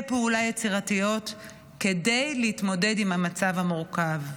פעולה יצירתיות כדי להתמודד עם המצב המורכב.